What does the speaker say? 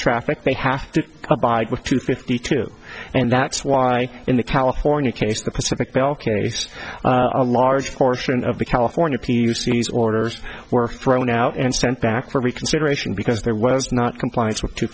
traffic they have to abide with two fifty two and that's why in the california case the pacific now carries a large portion of the california p c s orders were thrown out and sent back for reconsideration because there was not compliance with two